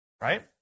Right